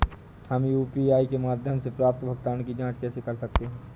हम यू.पी.आई के माध्यम से प्राप्त भुगतान की जॉंच कैसे कर सकते हैं?